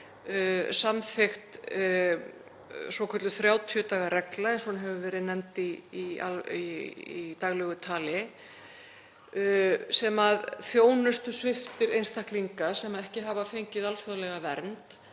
samþykkt svokölluð 30 daga regla eins og hún hefur verið nefnd í daglegu tali sem þjónustusviptir einstaklinga sem ekki hafa fengið alþjóðlega vernd,